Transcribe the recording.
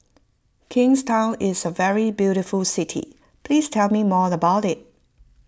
Kingstown is a very beautiful city please tell me more about it